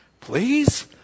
please